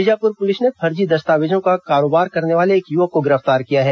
Bijapur police ने फर्जी दस्तावेजों का कारोबार करने वाले एक युवक को गिरफ्तार किया है